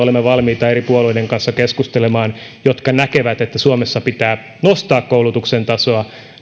eri puolueiden kanssa jotka näkevät että suomessa pitää nostaa koulutuksen tasoa olemme valmiita